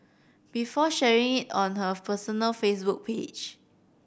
before sharing it on her personal Facebook page